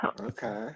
Okay